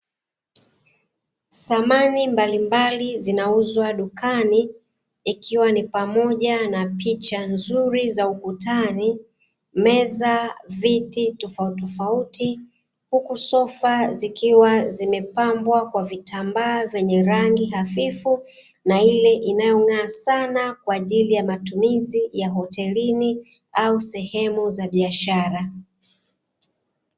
Samani mbalimbali zinauzwa dukani, ikiwa ni pamoja na picha nzuri za ukutani, meza, viti tofautitofauti, huku sofa zikiwa zimepambwa kwa vitambaa vyenye rangi hafifu, na ile inayong'aa sana kwa ajili ya matumizi ya hotelini au sehemu za biashara.